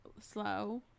slow